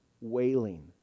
wailing